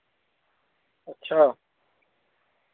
अच्छा